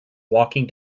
walking